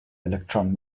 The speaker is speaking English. electron